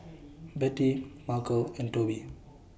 Betty Markel and Toby